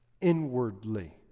inwardly